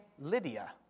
Lydia